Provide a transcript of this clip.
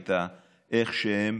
וראית איך שהם